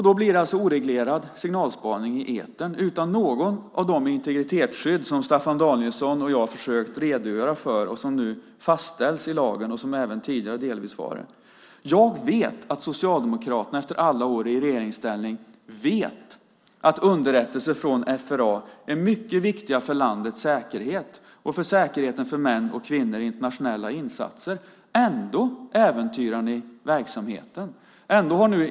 Det blir alltså oreglerad signalspaning i etern utan något av de integritetsskydd som Staffan Danielsson och jag har försökt redogöra för och som nu fastställs i lagen, vilket det delvis var redan tidigare. Jag vet att Socialdemokraterna efter alla år i regeringsställning vet att underrättelser från FRA är mycket viktiga för landets säkerhet och för säkerheten för män och kvinnor i internationella insatser, ändå äventyrar ni verksamheten.